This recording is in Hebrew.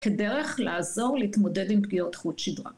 כדרך לעזור להתמודד עם פגיעות חוט שדרה.